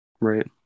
right